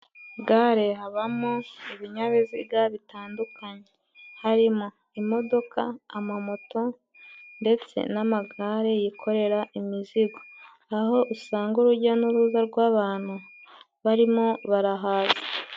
Gare habamo ibinyabiziga bitandukanye. Harimo imodoka, amamoto ndetse n'amagare yikorera imizigo. Aho usanga urujya n'uruza rw'abantu barimo barahaza...